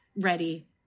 ready